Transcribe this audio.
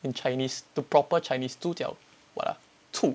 in chinese to proper chinese 猪脚 what ah 醋